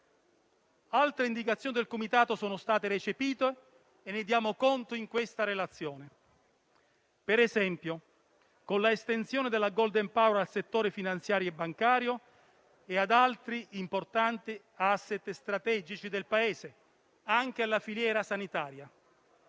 Altre indicazioni del Comitato sono state recepite e ne diamo conto in questa relazione, per esempio con l'estensione del *golden power* al settore finanziario e bancario e ad altri importanti *asset* strategici del Paese, anche alla filiera sanitaria;